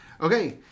Okay